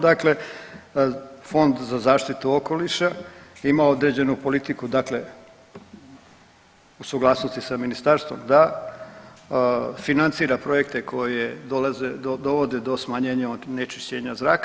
Dakle, Fond za zaštitu okoliša ima određenu politiku u suglasnosti sa ministarstvo da financira projekte koje dovode do smanjenja onečišćenja zraka.